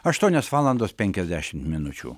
aštuonios valandos penkiasdešimt minučių